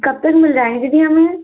कब तक मिल जाएंगे दीदी हमें ये